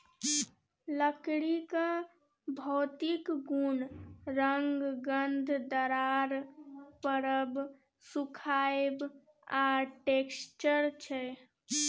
लकड़ीक भौतिक गुण रंग, गंध, दरार परब, सुखाएब आ टैक्सचर छै